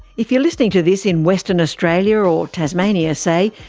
if you are listening to this in western australia or tasmania, say,